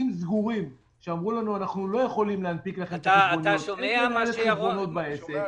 אפשר להאריך מעבר לחצי שנה.